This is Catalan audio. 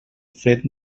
fred